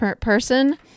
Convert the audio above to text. person